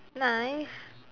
nice